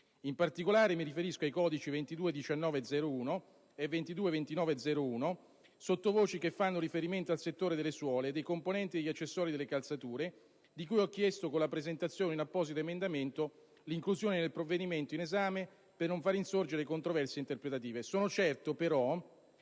In particolare, mi riferisco ai codici 22.19.01 e 22.29.01, sottovoci che fanno riferimento al settore delle suole, dei componenti e degli accessori delle calzature, che con la presentazione di un apposito emendamento ho chiesto di includere nel provvedimento in esame per non far insorgere controversie interpretative. Sono certo che